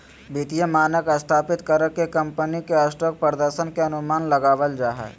वित्तीय मानक स्थापित कर के कम्पनी के स्टॉक प्रदर्शन के अनुमान लगाबल जा हय